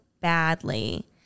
badly